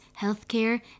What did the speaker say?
healthcare